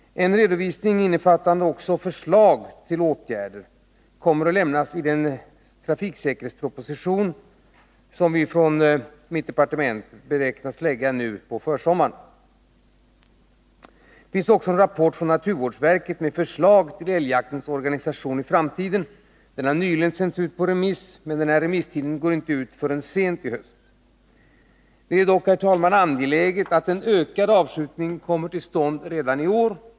En redovisning innefattande också förslag till åtgärder kommer att lämnas i den trafiksäkerhetsproposition som väntas till sommaren. Vidare har en rapport från naturvårdsverket med förslag till älgjaktens organisation i framtiden nyligen sänts ut på remiss, men remisstiden går inte ut förrän sent i höst. Det är dock angeläget att en ökad avskjutning kommer till stånd redan i år.